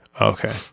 okay